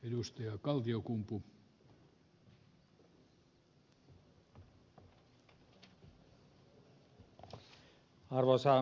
arvoisa herra puhemies